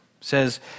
says